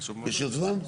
ברשויות גדולות,